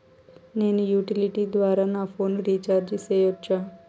నేను యుటిలిటీ ద్వారా నా ఫోను రీచార్జి సేయొచ్చా?